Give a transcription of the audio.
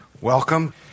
Welcome